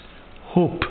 Hope